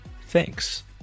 Thanks